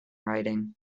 writing